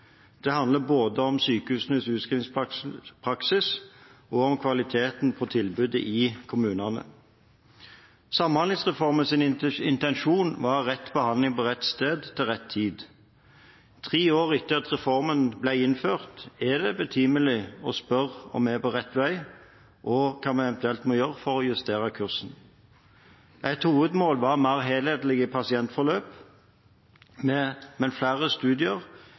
Det handler både om sykehusenes utskrivningspraksis og om kvaliteten på tilbudet i kommunene. Samhandlingsreformens intensjon var rett behandling på rett sted til rett tid. Tre år etter at reformen ble innført, er det betimelig å spørre om vi er på rett vei, og hva vi eventuelt må gjøre for å justere kursen. Et hovedmål var mer helhetlige pasientforløp, men flere studier